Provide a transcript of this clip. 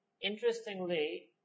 interestingly